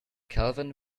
kelvin